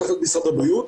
ותחת משרד הבריאות.